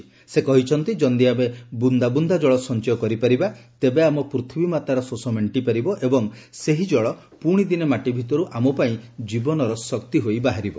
' ସେ କହିଛନ୍ତି ଯଦି ଆମେ ବୁଦା ବୁଦା କଳ ସଞ୍ଚୟ କରିପାରିବା ତେବେ ଆମ ପ୍ଥିବୀ ମାତାର ଶୋଷ ମେକ୍କିପାରିବ ଏବଂ ସେହି ଜଳ ପୁଶି ଦିନେ ମାଟି ଭିତରୁ ଆମ ପାଇଁ ଜୀବନର ଶକ୍ତି ହୋଇ ବାହାରିବ